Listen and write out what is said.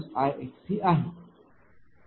तर हा Ixcआहे